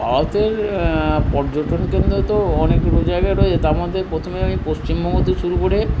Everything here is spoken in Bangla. ভারতের পর্যটন কেন্দ্র তো অনেকগুলো জায়গায় রয়েছে তার মধ্যে প্রথমে আমি পশ্চিমবঙ্গ দিয়ে শুরু করে